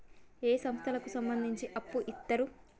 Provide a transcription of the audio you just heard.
ఏ సంస్థలకు సంబంధించి అప్పు ఇత్తరు?